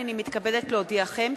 הנני מתכבדת להודיעכם,